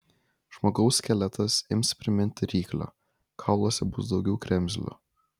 žmogaus skeletas ims priminti ryklio kauluose bus daugiau kremzlių